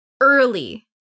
Early